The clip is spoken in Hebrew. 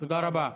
תודה רבה.